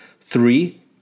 Three